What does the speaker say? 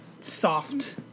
soft